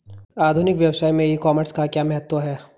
आधुनिक व्यवसाय में ई कॉमर्स का क्या महत्व है?